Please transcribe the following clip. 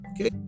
Okay